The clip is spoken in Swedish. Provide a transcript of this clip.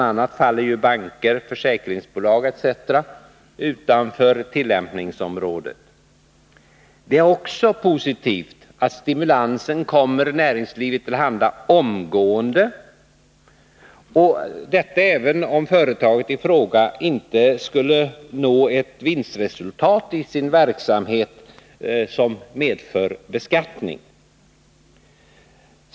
a. faller banker, försäkringsbolag etc. utanför tillämpningsområdet. Det är också positivt att stimulansen omgående kommer näringslivet till handa — detta även om företaget inte skulle nå ett vinstresultat i sin verksamhet som medför beskattning.